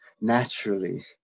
naturally